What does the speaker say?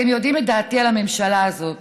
אתם יודעים את דעתי על הממשלה הזאת.